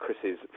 Chris's